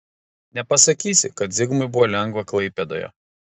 nepasakysi kad zigmui buvo lengva klaipėdoje